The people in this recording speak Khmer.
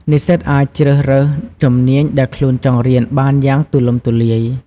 និស្សិតអាចជ្រើសរើសជំនាញដែលខ្លួនចង់រៀនបានយ៉ាងទូលំទូលាយ។